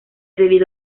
debido